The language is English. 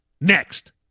next